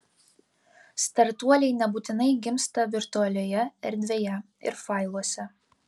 startuoliai nebūtinai gimsta virtualioje erdvėje ir failuose